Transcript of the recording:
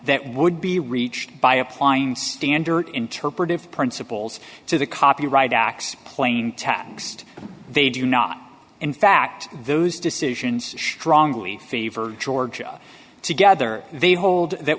that would be reached by applying standard interpretive principles to the copyright acts playing taxed they do not in fact those decisions strongly favor georgia together they hold that